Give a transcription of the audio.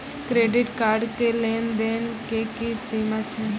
Credit card के लेन देन के की सीमा छै?